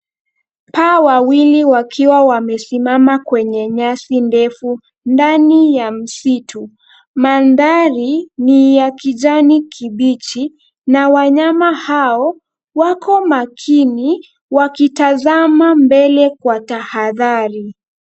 Paa wawili wakiwa wamesimama kwenye nyasi ndefu ndani ya msitu. Mandhari ni ya kijani kibichi na wanyama hao wako makini wakitazama mbele kwa tahadhari.